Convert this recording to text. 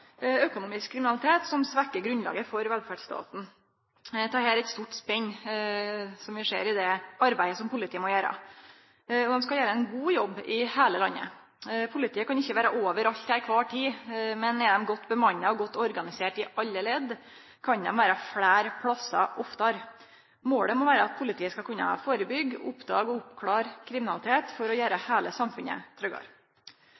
økonomisk kriminalitet som svekkjer grunnlaget for velferdsstaten. Det er eit stort spenn i det arbeidet som politiet må gjere. Og dei skal gjere ein god jobb i heile landet. Politiet kan ikkje vere overalt til kvar tid, men er dei godt bemanna og godt organiserte i alle ledd, kan dei vere fleire plassar oftare. Målet må vere at politiet skal kunne førebyggje, oppdage og avdekkje kriminalitet for å